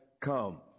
come